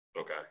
Okay